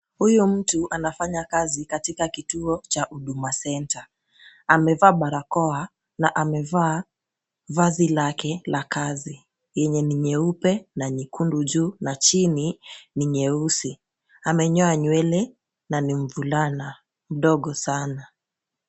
Huyo mtu anafanya kazi katika kituo cha Huduma Center . Amevaa barakoa na amevaa vazi lake la kazi yenye ni nyeupe na nyekundu juu na chini ni nyeusi. Amenyoa nywele na ni mvulana mdogo sana.